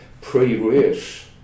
pre-race